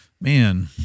man